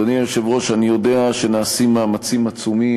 אדוני היושב-ראש, אני יודע שנעשים מאמצים עצומים.